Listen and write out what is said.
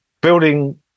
building